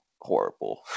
horrible